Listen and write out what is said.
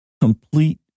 complete